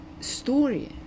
story